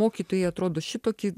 mokytojai atrodo šitokį